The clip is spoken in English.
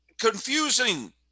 confusing